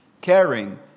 caring